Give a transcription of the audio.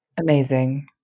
Amazing